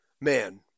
man